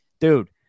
dude